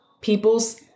people's